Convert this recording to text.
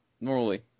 normally